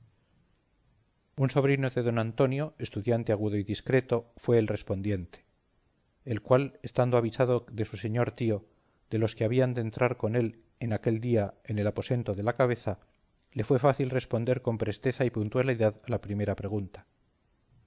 un sobrino de don antonio estudiante agudo y discreto fue el respondiente el cual estando avisado de su señor tío de los que habían de entrar con él en aquel día en el aposento de la cabeza le fue fácil responder con presteza y puntualidad a la primera pregunta